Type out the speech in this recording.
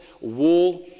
wall